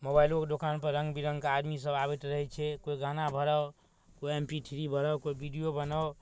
मोबाइलोके दोकानपर रङ्गबिरङ्गके आदमीसभ आबैत रहै छै कोइ गाना भराउ कोइ एम पी थ्री भराउ कोइ वीडिओ बनाउ